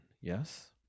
Yes